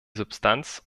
substanz